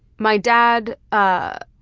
my dad, ah